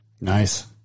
Nice